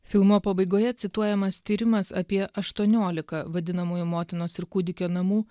filmo pabaigoje cituojamas tyrimas apie aštuoniolika vadinamųjų motinos ir kūdikio namų